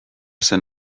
zen